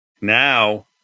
Now